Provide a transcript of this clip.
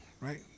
right